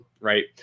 Right